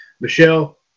Michelle